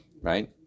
right